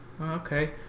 okay